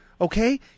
Okay